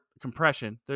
compression